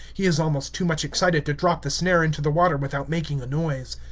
he is almost too much excited to drop the snare into the water without making a noise.